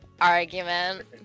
argument